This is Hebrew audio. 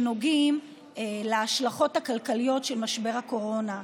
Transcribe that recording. שנוגעת להשלכות הכלכליות של משבר הקורונה.